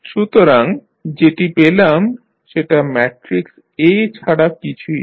সুতরাং যেটি পেলাম সেটা ম্যাট্রিক্স A ছাড়া কিছুই নয়